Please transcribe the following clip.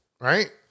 right